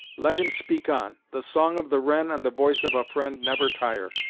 let him speak on the song of the wren and the voice of a friend never tire.